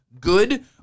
good